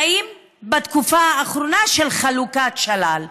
ובתקופה האחרונה, רק בתנאים של חלוקת שלל.